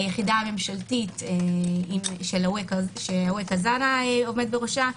היחידה הממשלתית שאווקה זנה עומד בראשה.